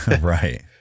right